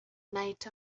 night